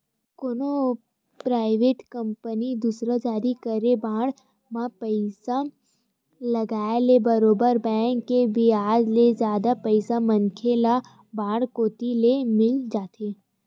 कोनो private company दुवारा जारी करे बांड म पइसा लगाय ले बरोबर बेंक के बियाज ले जादा पइसा मनखे ल बांड कोती ले मिल जाथे